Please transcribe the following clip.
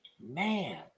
Man